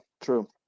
true